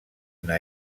una